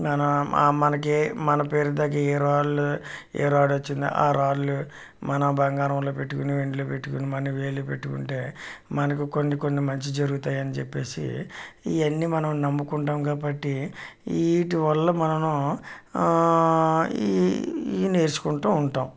మన మనకి మన పేరుకు తగ్గ ఏ రాళ్ళు ఏ రాళ్ళు వచ్చిందో ఆ రాళ్ళు మన బంగారంలో పెట్టుకుని వెండిలో పెట్టుకుని మన వేలుకి పెట్టుకుంటే మనకు కొన్ని కొన్ని మంచి జరుగుతాయి అని చెప్పేసి ఇవన్నీ మనం నమ్ముకుంటాం కాబట్టి వీటివల్ల మనము ఇవి నేర్చుకుంటా ఉంటాం